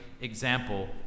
example